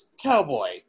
cowboy